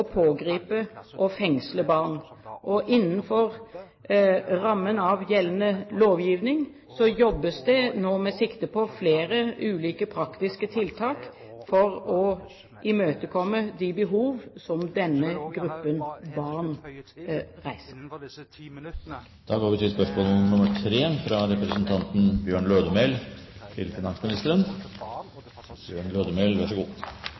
Innenfor rammen av gjeldende lovgivning jobbes det nå med sikte på flere ulike praktiske tiltak for å imøtekomme de behov som denne gruppen barn reiser. Da går vi tilbake til spørsmål 3. «Uhlens Biodiesel har søkt om fritak for